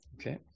Okay